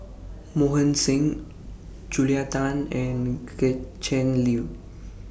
Mohan Singh Julia Tan and Gretchen Liu